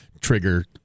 trigger